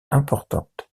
importantes